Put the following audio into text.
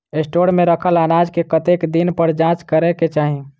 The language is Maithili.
स्टोर मे रखल अनाज केँ कतेक दिन पर जाँच करै केँ चाहि?